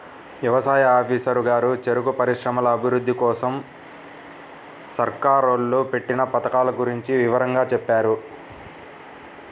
యవసాయ ఆఫీసరు గారు చెరుకు పరిశ్రమల అభిరుద్ధి కోసరం సర్కారోళ్ళు పెట్టిన పథకాల గురించి వివరంగా చెప్పారు